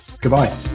Goodbye